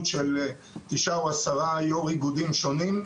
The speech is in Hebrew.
של תשעה או עשרה יו"ר איגודים שונים,